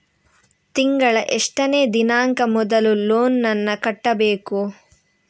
ತಿಂಗಳ ಎಷ್ಟನೇ ದಿನಾಂಕ ಮೊದಲು ಲೋನ್ ನನ್ನ ಕಟ್ಟಬೇಕು?